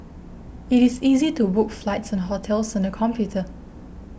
it is easy to book flights and hotels on the computer